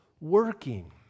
working